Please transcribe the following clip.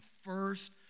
first